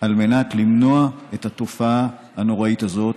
למנוע את התופעה הנוראית הזאת.